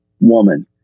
woman